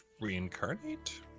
reincarnate